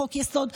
כחוק-יסוד,